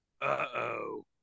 Uh-oh